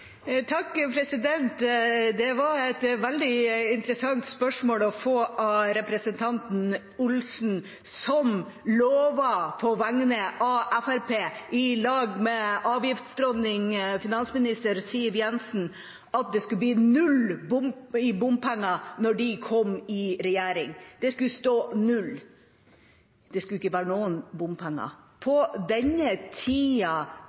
Det var et veldig interessant spørsmål å få fra representanten Olsen, som lovet på vegne av Fremskrittspartiet, i lag med avgiftsdronning og finansminister Siv Jensen, at det skulle bli null i bompenger når de kom i regjering. Det skulle stå null, det skulle ikke være noen bompenger. På